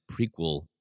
prequel